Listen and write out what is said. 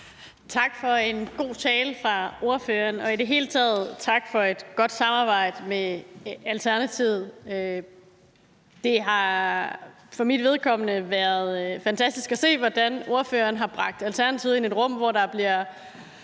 Tak for en god tale fra ordføreren, og i det hele taget tak for et godt samarbejde med Alternativet. Det har for mit vedkommende været fantastisk at se, hvordan ordføreren har bragt Alternativet ind i et rum, hvor der bliver